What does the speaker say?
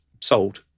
sold